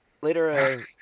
later